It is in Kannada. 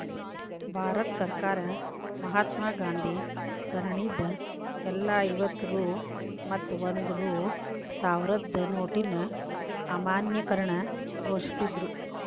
ಭಾರತ ಸರ್ಕಾರ ಮಹಾತ್ಮಾ ಗಾಂಧಿ ಸರಣಿದ್ ಎಲ್ಲಾ ಐವತ್ತ ರೂ ಮತ್ತ ಒಂದ್ ರೂ ಸಾವ್ರದ್ ನೋಟಿನ್ ಅಮಾನ್ಯೇಕರಣ ಘೋಷಿಸಿದ್ರು